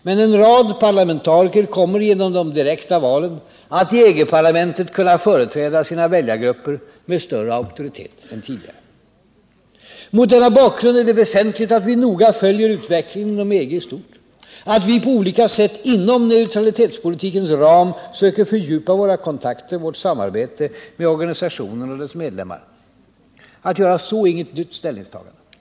Men en rad parlamentariker kommer genom de direkta valen att i EG-parlamentet kunna företräda sina väljargrupper med större auktoritet än tidigare. Mot denna bakgrund är det väsentligt att vi noga följer utvecklingen inom EG i stort och att vi på olika sätt, inom neutralitetspolitikens ram, söker fördjupa våra kontakter och vårt samarbete med organisationen och dess medlemmar. Att göra så är inget nytt ställningstagande.